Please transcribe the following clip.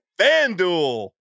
FanDuel